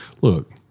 look